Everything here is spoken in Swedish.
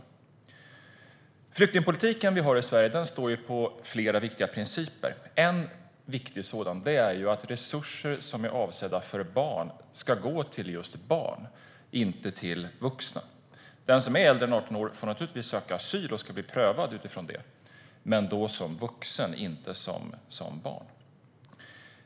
Sveriges flyktingpolitik grundar sig på flera viktiga principer. En viktig sådan princip är att resurser som är avsedda för barn ska gå till just barn och inte till vuxna. Den som är äldre än 18 år får naturligtvis söka asyl och ska bli prövad utifrån det men då som vuxen och inte som barn.